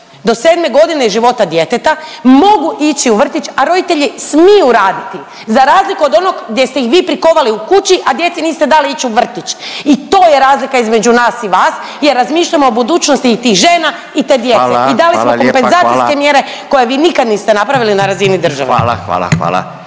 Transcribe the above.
do 7.g. života djeteta mogu ići u vrtić, a roditelji smiju raditi za razliku od onog gdje ste ih vi prikovali u kući, a djeci niste dali ići u vrtić i to je razlika između nas i vas jer razmišljamo o budućnosti i tih žena i te djece …/Upadica Radin: Hvala, hvala lijepa, hvala/… i dali smo kompenzacijske mjere koje vi nikad niste napravili na razini države. **Radin, Furio